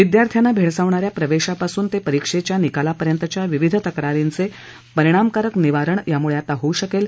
विद्यार्थ्यांना भेडसावणाऱ्या प्रवेशापासून ते परीक्षेच्या निकालापर्यंतच्या विविध तक्रारींचे परिणामकारक निवारण यामुळे आता होऊ शकेल